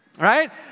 Right